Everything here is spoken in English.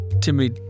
Timmy